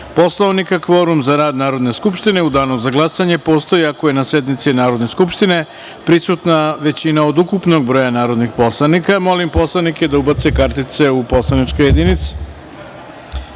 Poslovnika kvorum za rad Narodne skupštine u danu za glasanje postoji ako je na sednici Narodne skupštine prisutna većina od ukupnog broja narodnih poslanika. Molim poslanike da ubace kartice u poslaničke